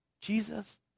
Jesus